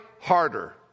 harder